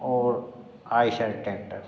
और आइशर टैक्टर